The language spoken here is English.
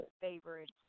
favorite